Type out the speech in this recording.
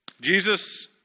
Jesus